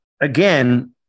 again